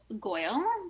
Goyle